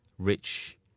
rich